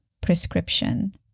prescription